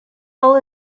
all